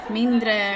mindre